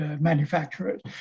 manufacturers